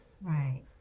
right